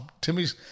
timmy's